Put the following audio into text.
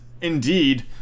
indeed